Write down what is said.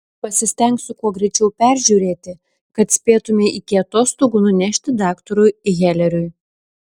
pasistengsiu kuo greičiau peržiūrėti kad spėtumei iki atostogų nunešti daktarui heleriui